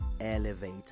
elevator